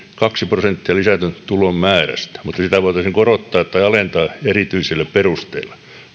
kaksi prosenttia lisätyn tulon määrästä mutta sitä voitaisiin korottaa tai alentaa erityisillä perusteilla